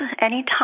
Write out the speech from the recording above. anytime